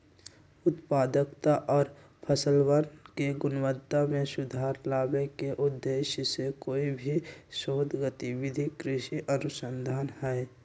उत्पादकता और फसलवन के गुणवत्ता में सुधार लावे के उद्देश्य से कोई भी शोध गतिविधि कृषि अनुसंधान हई